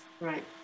Right